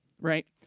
Right